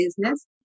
business